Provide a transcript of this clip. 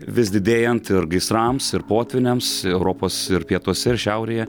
vis didėjant ir gaisrams ir potvyniams europos pietuose ir šiaurėje